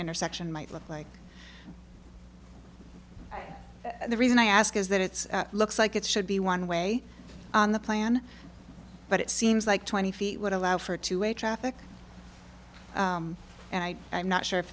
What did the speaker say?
intersection might look like the reason i ask is that it's looks like it should be one way on the plan but it seems like twenty feet would allow for two way traffic and i am not sure if